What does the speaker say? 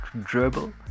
Dribble